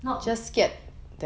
not